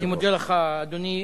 אני מודה לך, אדוני.